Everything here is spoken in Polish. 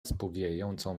spowijającą